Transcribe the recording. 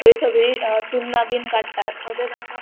थंय सगळीं चुन्नां बीन काडटात तशें तांकां